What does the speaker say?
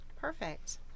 Perfect